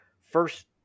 First